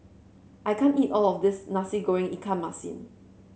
I can't eat all of this Nasi Goreng Ikan Masin